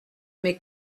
mes